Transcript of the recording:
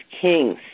Kings